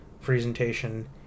presentation